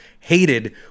Hated